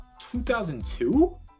2002